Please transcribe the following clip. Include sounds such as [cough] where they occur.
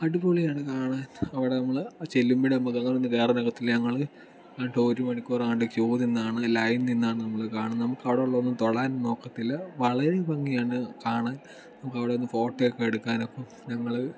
അടിപൊളിയാണ് കാണാൻ അവിടെ നമ്മൾ ചെല്ലുമ്പോൾ നമുക്ക് [unintelligible] നമ്മൾ ഒരുമണിക്കൂറങ്ങാണ്ട് ക്യൂ നിന്നാണ് ലൈൻ നിന്നാണ് നമ്മൾ കാണുന്നത് ഒന്നും തൊടാൻ ഒക്കത്തില്ല വളരെ ഭംഗിയാണ് കാണാൻ നമുക്ക് അവിടെ നിന്ന് ഫോട്ടോയൊക്കെ എടുക്കാൻ ഒക്കെ ഞങ്ങൾ